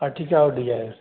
Ertiga और Dzire